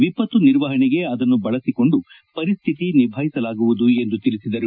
ವಿಪತ್ತು ನಿರ್ವಹಣೆಗೆ ಅದನ್ನು ಬಳಸಿಕೊಂಡು ಪರಿಸ್ಥಿತಿ ನಿಭಾಯಿಸಲಾಗುವುದು ಎಂದು ತಿಳಿಸಿದರು